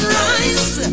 rise